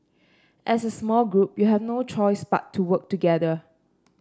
as a small group you have no choice but to work together